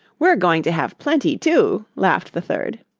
we're going to have plenty, too, laughed the third.